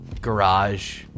garage